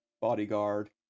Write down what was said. bodyguard